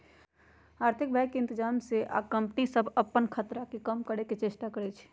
आर्थिक भय के इतजाम से संस्था आ कंपनि सभ अप्पन खतरा के कम करए के चेष्टा करै छै